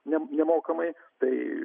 ne nemokamai tai